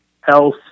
health